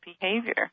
behavior